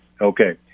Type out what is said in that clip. Okay